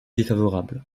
défavorable